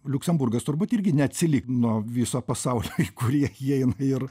liuksemburgas turbūt irgi neatsilik nuo viso pasaulio kurie įeina ir